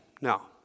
Now